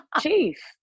chief